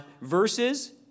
verses